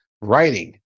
writing